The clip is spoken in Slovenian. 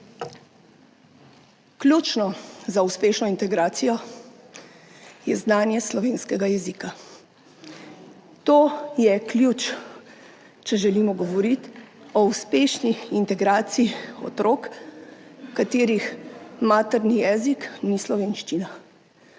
Ključno za uspešno integracijo je znanje slovenskega jezika. To je ključ, če želimo govoriti o uspešni integraciji otrok, katerih materni jezik ni slovenščina.